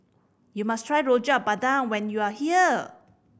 you must try Rojak Bandung when you are here